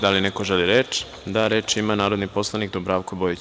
Da li neko želi reč? (Da.) Reč ima narodni poslanik Dubravko Bojić.